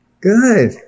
Good